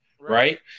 right